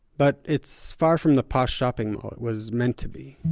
but it's far from the posh shopping mall it was meant to be